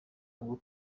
ubu